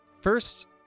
First